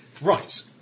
Right